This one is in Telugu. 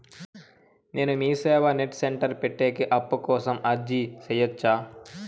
నేను మీసేవ నెట్ సెంటర్ పెట్టేకి అప్పు కోసం అర్జీ సేయొచ్చా?